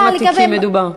בכמה תיקים מדובר?